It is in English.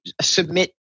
submit